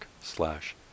slash